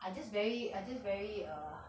I just very I just very err